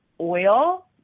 oil